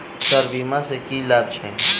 Sir बीमा सँ की लाभ छैय?